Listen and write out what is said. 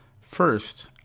First